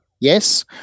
yes